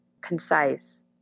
concise